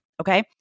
okay